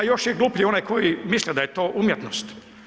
Ha, još je gluplji onaj koji misli da je to umjetnost.